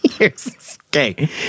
Okay